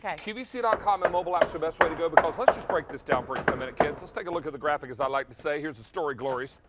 yeah qvc dot com and mobile apps are the best way to go, because let's just break this down for a minute, kids. let's take a look at the graphic, as i like to say. here's the story, glories.